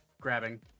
grabbing